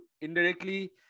indirectly